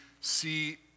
see